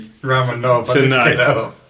tonight